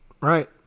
right